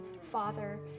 father